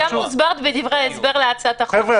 וגם מוסבר בדברי ההסבר להצעת החוק -- חבר'ה,